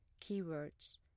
keywords